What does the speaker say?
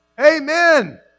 Amen